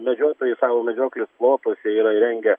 medžiotojai savo medžioklės plotuose yra įrengę